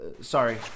Sorry